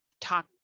talk